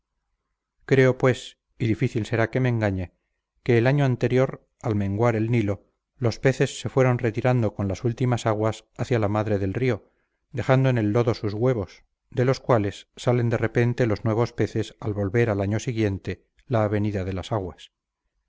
creo pues y difícil será que me engañe que el año anterior al menguar el nilo los peces se fueron retirando con las últimas aguas hacia la madre del río dejando en el lodo sus huevos de los cuales salen de repente los nuevos peces al volver al año siguiente la avenida de las aguas